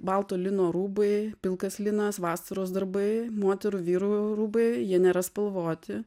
balto lino rūbai pilkas linas vasaros darbai moterų vyrų rūbai jie nėra spalvoti